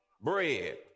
Bread